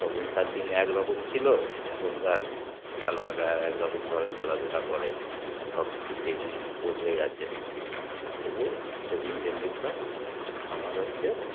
তখনকার দিনে একরকম ছিলো এখনকার খেলোয়াড়রা একরকমভাবে খেলাধুলা করে সব কিছু টেকনিক বদলে গেছে তবুও শচিন টেন্ডুলকার আমার হচ্ছে